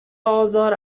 آزار